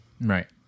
right